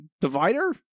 divider